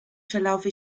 verlaufe